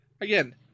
Again